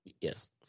yes